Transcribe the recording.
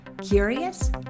Curious